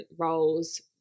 roles